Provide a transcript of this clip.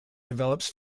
develops